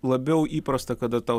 labiau įprasta kada tau